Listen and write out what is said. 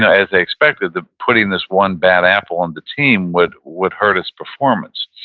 and as they expected, that putting this one bad apple on the team would would hurt its performance,